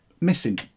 missing